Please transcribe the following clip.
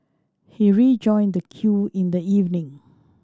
he rejoined the queue in the evening